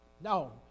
No